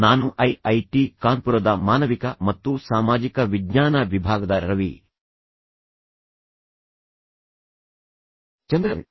ನಾನು I I T ಕಾನ್ಪುರದ ಮಾನವಿಕ ಮತ್ತು ಸಾಮಾಜಿಕ ವಿಜ್ಞಾನ ವಿಭಾಗದ ರವಿ ಚಂದ್ರನ್